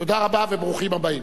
תודה רבה וברוכים הבאים.